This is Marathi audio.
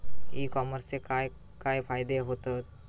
ई कॉमर्सचे काय काय फायदे होतत?